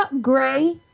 gray